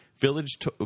village